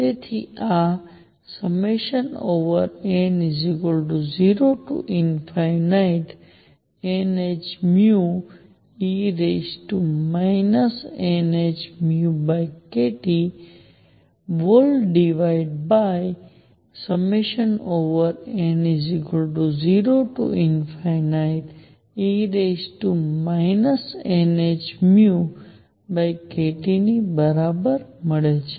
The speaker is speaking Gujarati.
તેથી આ n0nhνe nhνkTn0e nhνkT ની બરાબર મળે છે